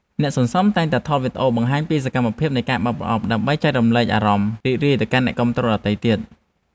អ្នកសន្សំតែងតែថតវីដេអូបង្ហាញពីសកម្មភាពនៃការបើកប្រអប់ ដើម្បីចែករំលែកអារម្មណ៍រីករាយទៅកាន់អ្នកគាំទ្រដទៃទៀត។